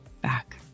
back